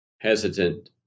hesitant